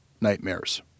nightmares